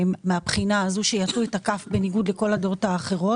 מהבחינה הזו שיטו את הכף בניגוד לכל הדעות האחרות